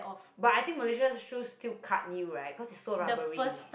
but I think Mellisa shoe still cut you right cause it's so rubbery